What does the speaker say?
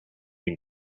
den